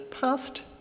past